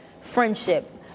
friendship